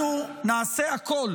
אנחנו נעשה הכול